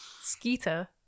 Skeeter